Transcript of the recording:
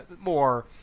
more